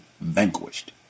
vanquished